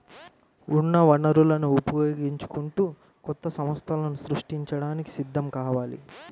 ఉన్న వనరులను ఉపయోగించుకుంటూ కొత్త సంస్థలను సృష్టించడానికి సిద్ధం కావాలి